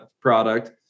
product